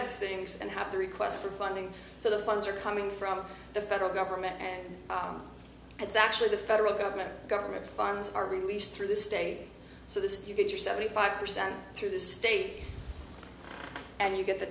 of things and have the requests for funding so the funds are coming from the federal government and it's actually the federal government government funds are released through this day so this you get your seventy five percent through the state and you get the